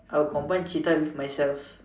I would combine cheetah with myself